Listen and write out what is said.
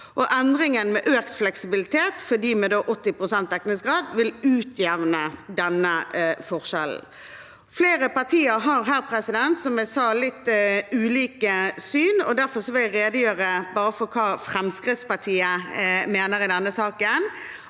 endringen med økt fleksibilitet for dem med 80 pst. dekningsgrad vil utjevne denne forskjellen. Flere partier har her, som jeg sa, litt ulike syn. Derfor vil jeg redegjøre bare for hva Fremskrittspartiet mener i denne saken,